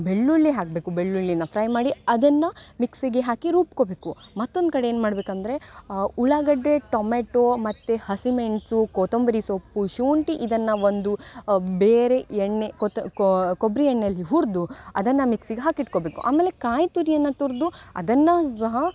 ಬೆಳ್ಳುಳ್ಳಿ ಹಾಕಬೇಕು ಬೆಳ್ಳುಳ್ಳಿನ ಫ್ರೈ ಮಾಡಿ ಅದನ್ನು ಮಿಕ್ಸಿಗೆ ಹಾಕಿ ರುಬ್ಕೊಬೇಕು ಮತ್ತೊಂದು ಕಡೆ ಏನು ಮಾಡ್ಬೇಕಂದರೆ ಉಳಾಗಡ್ಡೆ ಟೊಮೆಟೊ ಮತ್ತು ಹಸಿಮೆಣಸು ಕೊತ್ತಂಬರಿ ಸೊಪ್ಪು ಶುಂಠಿ ಇದನ್ನು ಒಂದು ಬೇರೆ ಎಣ್ಣೆ ಕೊತ ಕೊಬ್ಬರಿ ಎಣ್ಣೆಯಲ್ಲಿ ಹುರಿದು ಅದನ್ನು ಮಿಕ್ಸಿಗೆ ಹಾಕಿಟ್ಕೊಬೇಕು ಆಮೇಲೆ ಕಾಯಿ ತುರಿಯನ್ನು ತುರಿದು ಅದನ್ನು ಸಹ